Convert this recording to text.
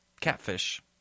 catfish